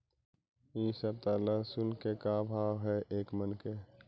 इ सप्ताह लहसुन के का भाव है एक मन के?